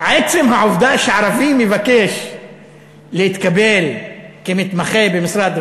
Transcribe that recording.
עצם העובדה שערבי מבקש להתקבל כמתמחה במשרד רואי-חשבון,